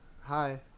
hi